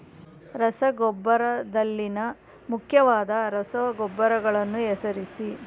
ರಸಗೊಬ್ಬರದಲ್ಲಿನ ಮುಖ್ಯವಾದ ರಸಗೊಬ್ಬರಗಳನ್ನು ಹೆಸರಿಸಿ?